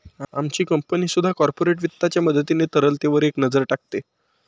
आमची कंपनी सुद्धा कॉर्पोरेट वित्ताच्या मदतीने तरलतेवर एक नजर टाकते